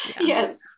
Yes